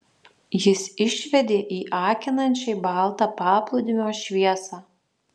jis išvedė į akinančiai baltą paplūdimio šviesą